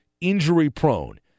injury-prone